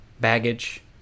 baggage